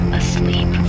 asleep